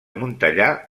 montellà